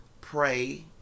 pray